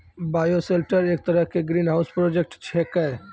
bioshelter एक तरह के ग्रीनहाउस प्रोजेक्ट छेकै